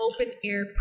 open-air